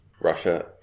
Russia